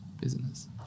business